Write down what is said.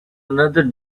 another